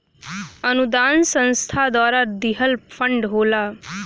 अनुदान संस्था द्वारा दिहल फण्ड होला